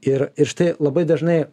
ir ir štai labai dažnai